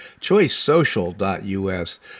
choicesocial.us